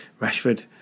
Rashford